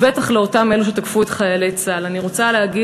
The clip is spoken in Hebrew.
ובטח לאותם אלו שתקפו את חיילי צה"ל אני רוצה להגיד